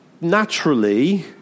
naturally